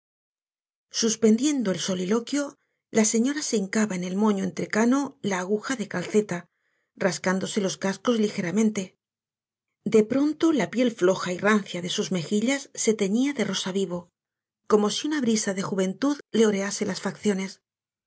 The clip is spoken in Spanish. suspendiendo el soliloquio la señora se hincaba en el moño entrecano la aguja de calceta rascándose los cascos ligeramente de pronto la piel floja y rancia de sus mejillas se teñía de rosa vivo como si una brisa de juventud le orease las facciones